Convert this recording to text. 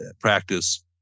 practice